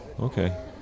okay